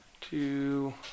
two